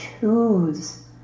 choose